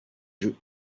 jeu